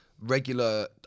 regular